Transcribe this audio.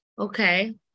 Okay